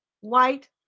white